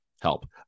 help